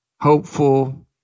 hopeful